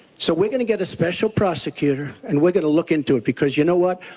so we're gonna get a special prosecutor and we're gonna look into it. because you know what,